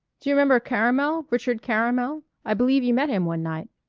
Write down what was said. d'you remember caramel, richard caramel? i believe you met him one night.